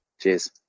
Cheers